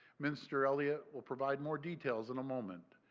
minister elliott will provide more details in a moment,